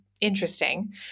interesting